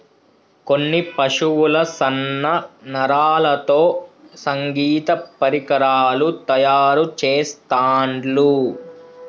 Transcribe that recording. కొన్ని పశువుల సన్న నరాలతో సంగీత పరికరాలు తయారు చెస్తాండ్లు